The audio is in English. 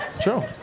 True